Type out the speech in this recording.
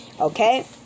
Okay